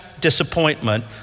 disappointment